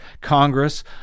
Congress